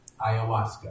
Ayahuasca